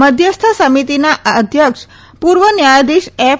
મધ્યસ્થ સમિતિના અધ્યક્ષ પૂર્વ ન્યાયાધીશ એફ